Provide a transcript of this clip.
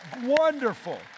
wonderful